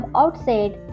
outside